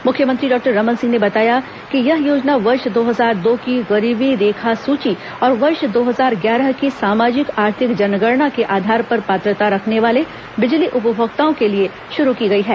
मुख्यमंत्री डॉक्टर रमन सिंह ने बताया है कि यह योजना वर्ष दो हजार दो की गरीबी रेखा सूची और वर्ष दो हजार ग्यारह की सामाजिक आर्थिक जनगणना के आधार पर पात्रता रखने वाले बिजली उपभोक्ताओं के लिए शुरू की गई है